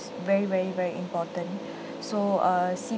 very very very important so uh